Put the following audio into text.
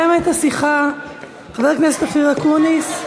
יסיים את השיחה חבר הכנסת אופיר אקוניס,